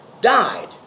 died